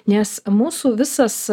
nes mūsų visas